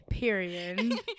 Period